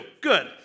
Good